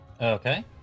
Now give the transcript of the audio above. Okay